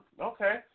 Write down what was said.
Okay